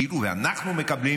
כאילו אנחנו מקבלים